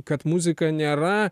kad muzika nėra